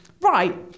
right